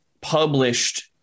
published